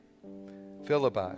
Philippi